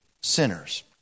sinners